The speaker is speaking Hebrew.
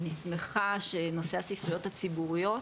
אני שמחה שנושא הספריות הציבוריות,